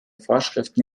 vorschriften